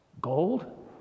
Gold